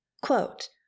Quote